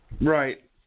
Right